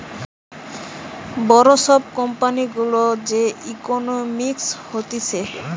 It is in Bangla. বড় সব কোম্পানি গুলার যে ইকোনোমিক্স হতিছে